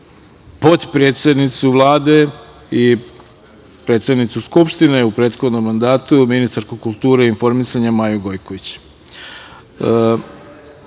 potpredsednicu Vlade i predsednicu Skupštine u prethodnom mandatu, ministarku kulture i informisanja Maju Gojković. Pre